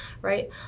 right